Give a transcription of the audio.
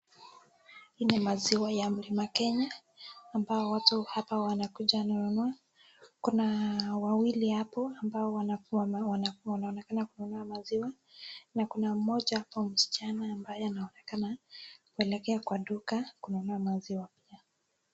Hii ni maziwa ya mlima Kenya ambao watu wanakuja kununua kuna wawili hapo ambao wanaonekana kununua maziwa na Kuna mmoja hapo msichana kuelekea kwa duka kununua maziwa .